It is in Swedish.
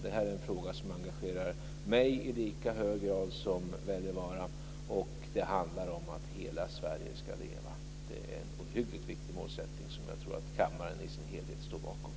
Detta är en fråga som engagerar mig i lika hög grad som Erling Wälivaara, och det handlar om att hela Sverige ska leva. Det är en ohyggligt viktig målsättning som jag tror att kammaren i dess helhet står bakom.